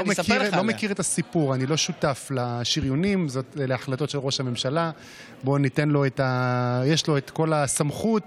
אני אומר לך שאנחנו בהצעת מחליטים בממשלה להרחיב את מגוון המקצועות